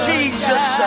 Jesus